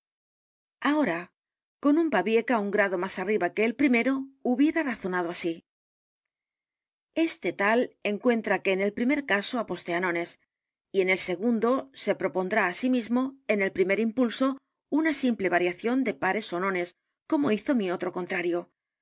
ahora con un babieca un g r a d o más arriba que el primero hubiera razonado así este tal encuentra que en el primer caso aposté á nones y en el segundo se propondrá á sí mismo en el primer impulso una simple variación de pares ó nones como hizo mi otro contrario